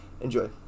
Enjoy